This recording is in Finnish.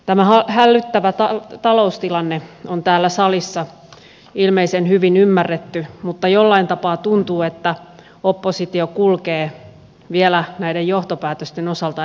tämä hälyttävä taloustilanne on täällä salissa ilmeisen hyvin ymmärretty mutta jollain tapaa tuntuu että oppositio kulkee vielä näiden johtopäätösten osalta eri suuntaan